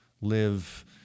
live